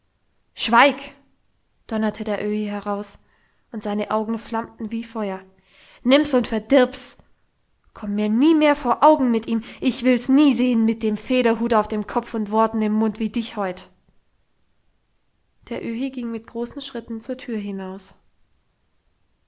schweig donnerte der öhi heraus und seine augen flammten wie feuer nimm's und verdirb's komm mir nie mehr vor augen mit ihm ich will's nie sehen mit dem federhut auf dem kopf und worten im mund wie dich heut der öhi ging mit großen schritten zur tür hinaus